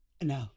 No